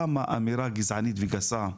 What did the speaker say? כמה אמירה גזענית וגסה.